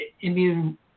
immune